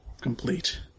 complete